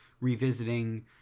revisiting